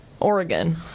Oregon